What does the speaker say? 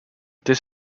this